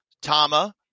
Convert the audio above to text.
Tama